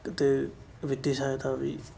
ਅਤੇ ਵਿੱਤੀ ਸਹਾਇਤਾ ਵੀ